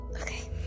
Okay